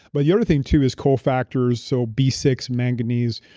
but the other thing too is cofactors, so b six, manganese.